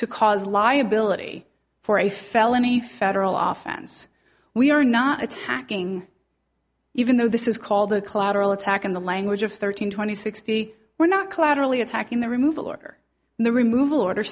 to cause liability for a felony federal law fans we are not attacking even though this is called the collateral attack in the language of thirteen twenty sixty were not collaterally attack in the removal order the removal order